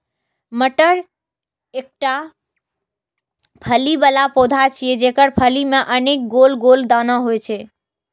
मटर एकटा फली बला पौधा छियै, जेकर फली मे अनेक गोल गोल दाना होइ छै